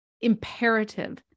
imperative